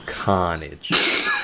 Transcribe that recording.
carnage